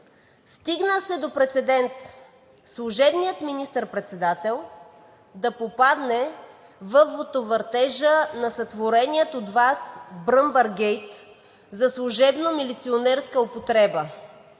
Стигна се до прецедент служебният министър-председател да попадне във водовъртежа на сътворения от Вас бръмбар-гейт за служебно-милиционерска употреба